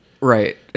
Right